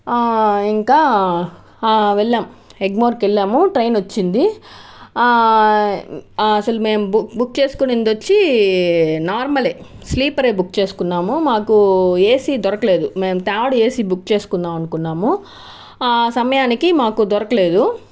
ఇంకా వెళ్ళాం ఎగ్మోర్కి వెళ్ళాము ట్రైన్ వచ్చింది అసలు మేము బుక్ చేసుకున్నది వచ్చి నార్మలే స్లీపర్ బుక్ చేసుకున్నాము మాకు ఏసీ దొరకలేదు మేము థర్డ్ ఏసి బుక్ చేసుకుందామనుకున్నాము ఆ సమయానికి మాకు దొరకలేదు